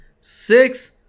six